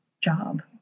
job